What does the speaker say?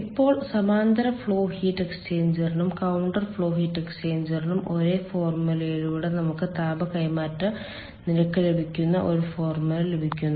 ഇപ്പോൾ സമാന്തര flow heat എക്സ്ചേഞ്ചറിനും കൌണ്ടർ ഫ്ലോ ഹീറ്റ് എക്സ്ചേഞ്ചറിനും ഒരേ ഫോർമുലയിലൂടെ നമുക്ക് താപ കൈമാറ്റ നിരക്ക് ലഭിക്കുന്ന ഒരു ഫോർമുല ലഭിക്കുന്നത്